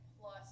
plus